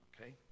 Okay